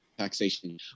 taxation